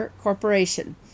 Corporation